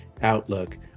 Outlook